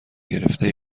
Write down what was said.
گرفته